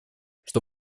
что